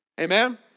Amen